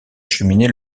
cheminée